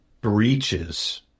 breaches